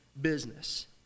business